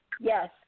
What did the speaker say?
Yes